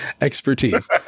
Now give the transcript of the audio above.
Expertise